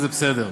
וזה בסדר.